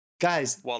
Guys